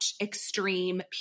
extreme